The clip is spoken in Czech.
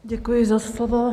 Děkuji za slovo.